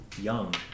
young